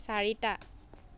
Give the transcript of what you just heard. চাৰিটা